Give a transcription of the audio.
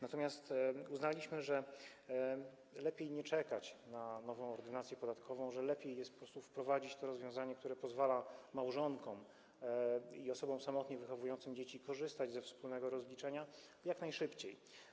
Natomiast uznaliśmy, że lepiej nie czekać na nową Ordynację podatkową, że lepiej jest po prostu wprowadzić to rozwiązanie, które pozwala małżonkom i osobom samotnie wychowującym dzieci korzystać ze wspólnego rozliczania jak najszybciej.